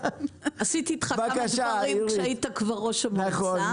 עשיתי איתך כמה דברים כשהיית כבר ראש המועצה.